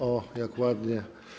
O, jak ładnie.